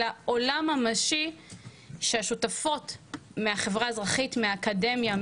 אלא עולם ממשי שהשותפות מהחברה האזרחית מהאקדמיה,